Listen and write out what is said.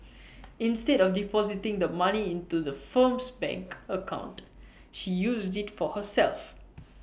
instead of depositing the money into the firm's bank account she used IT for herself